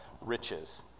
riches